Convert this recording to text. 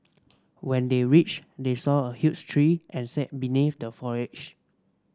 when they reach they saw a huge tree and sat beneath the foliage